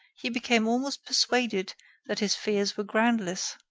he became almost persuaded that his fears were groundless.